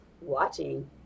watching